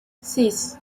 six